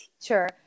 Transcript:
teacher